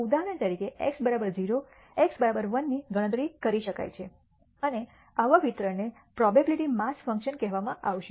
ઉદાહરણ તરીકે x 0 x 1 ની ગણતરી કરી શકાય છે અને આવા વિતરણને પ્રોબેબીલીટી માસ ફંક્શન કહેવામાં આવશે